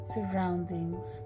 Surroundings